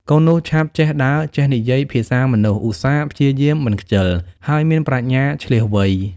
កូននោះឆាប់ចេះដើរ ចេះនិយាយភាសាមនុស្ស ឧស្សាហ៍ ព្យាយាម មិនខ្ជិល ហើយមានប្រាជ្ញាឈ្លាសវៃ។